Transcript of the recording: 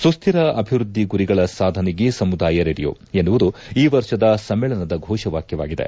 ಸುಸ್ತಿರ ಅಭಿವೃದ್ದಿ ಗುರಿಗಳ ಸಾಧನೆಗೆ ಸಮುದಾಯ ರೇಡಿಯೋ ಎನ್ನುವುದು ಈ ವರ್ಷದ ಸಮ್ಮೇಳನದ ಘೋಷವಾಕ್ಯವಾಗಿದೆ